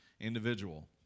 individual